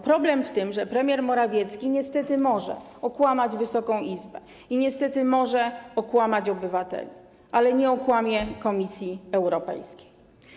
Problem w tym, że premier Morawiecki niestety może okłamać Wysoką Izbę i niestety może okłamać obywateli, ale nie okłamie Komisji Europejskiej.